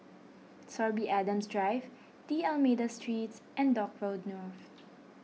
Sorby Adams Drive D'Almeida Streets and Dock Road North